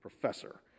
professor